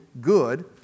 good